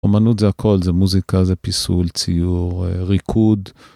אמנות זה הכל, זה מוזיקה, זה פיסול, ציור, ריקוד.